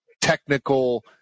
technical